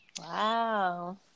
wow